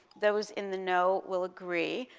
those in the know will agree,